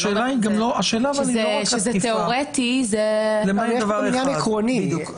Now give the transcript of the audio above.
יש פה עניין עקרוני.